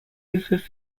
over